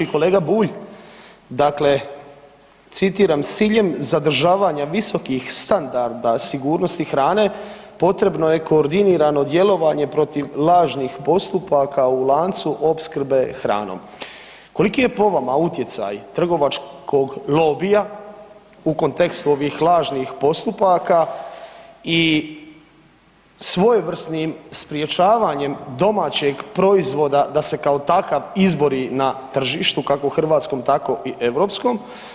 Kolega Bulj, dakle citiram, „S ciljem zadržavanja visokih standarda sigurnosti hrane, potrebno je koordinirano djelovanje protiv lažnih postupaka u lancu opskrbe hranom.“ Koliki je po vama utjecaj trgovačkog lobija u kontekstu ovih lažnih postupaka i svojevrsnim sprječavanjem domaćeg proizvoda da se kao takav izbori na tržištu, kako u hrvatskom, tako i europskom?